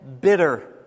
bitter